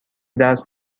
درس